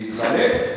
יש לי הצעה.